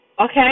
Okay